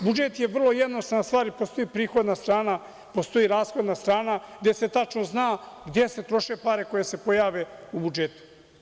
Budžet je vrlo jednostavna stvar i postoji prihodna strana, postoji rashodna strana gde se tačno zna gde se troše pare koje se pojave u budžetu.